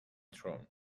throne